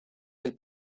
del